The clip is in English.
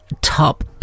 top